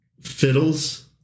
fiddles